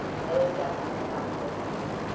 no deaths in the past fourteen days.